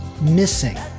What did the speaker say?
Missing